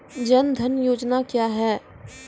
जन धन योजना क्या है?